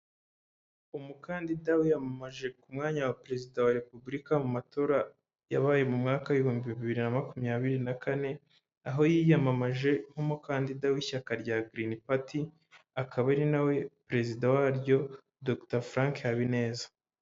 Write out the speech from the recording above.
Umukandida wiyamamaje ku mwanya wa perezida wa repubulika mu matora yabaye mu mwaka ibihumbi bibiri na makumyabiri na kane, aho yiyamamaje nk'umukandida w'ishyaka rya green party akaba ari nawe perezida waryo Dr.Frank HABINEZA.